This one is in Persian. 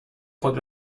خود